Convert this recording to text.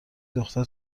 دختر